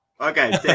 Okay